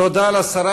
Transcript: תודה לשרה.